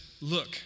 look